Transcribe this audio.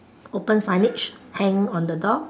open signage hang on the door